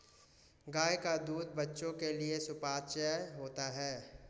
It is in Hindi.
गाय का दूध बच्चों के लिए सुपाच्य होता है